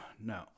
No